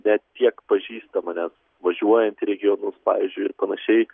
ne tiek pažįsta mane važiuojant į regionus pavyzdžiui ir panašiai